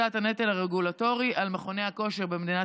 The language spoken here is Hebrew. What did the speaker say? בתור יושבת-ראש השדולה לעסקים קטנים ובינוניים,